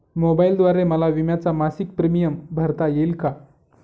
मोबाईलद्वारे मला विम्याचा मासिक प्रीमियम भरता येईल का?